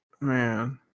Man